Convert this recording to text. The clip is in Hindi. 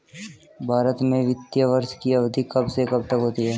भारत में वित्तीय वर्ष की अवधि कब से कब तक होती है?